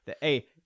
Hey